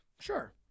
Sure